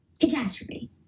catastrophe